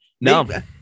No